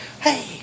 Hey